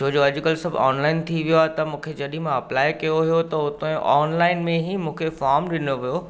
छोजो अॼुकल्ह सभु ऑनलाइन थी वियो आहे त मूंखे जॾहिं मां अप्लाए कयो हुओ त हुतां जो ऑनलाइन में ई मूंखे फॉम ॾिनो वियो